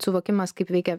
suvokimas kaip veikia